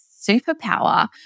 superpower